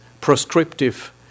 proscriptive